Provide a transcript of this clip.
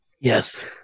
yes